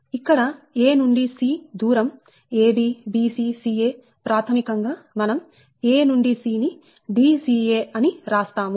ఇక్కడ a నుండి c దూరం ab bc ca ప్రాథమికం గా మనం a నుండి c Dca అని రాస్తాము